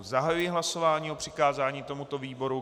Zahajuji hlasování o přikázání tomuto výboru.